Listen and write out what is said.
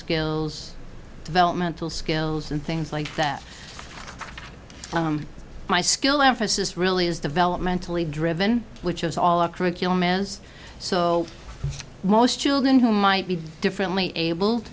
skills development tools skills and things like that my skill emphasis really is developmentally driven which is all our curriculum is so most children who might be differently able